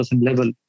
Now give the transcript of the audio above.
level